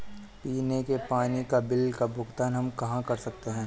पीने के पानी का बिल का भुगतान हम कहाँ कर सकते हैं?